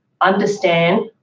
understand